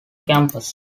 campus